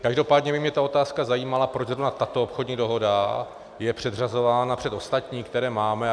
Každopádně by mě ta otázka zajímala, proč zrovna tato obchodní dohoda je předřazována před ostatní, které máme.